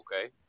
Okay